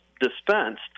dispensed